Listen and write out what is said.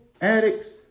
addicts